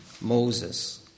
Moses